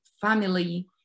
family